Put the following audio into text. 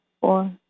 four